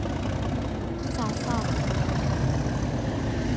चाफा